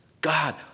God